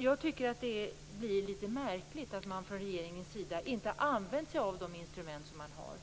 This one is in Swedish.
Jag tycker att det är litet märkligt att regeringen inte har använt sig av de instrument som man har.